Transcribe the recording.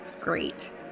Great